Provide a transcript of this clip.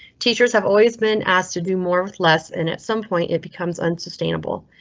teachers have always been asked to do more with less, and at some point it becomes unsustainable.